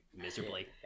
miserably